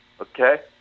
Okay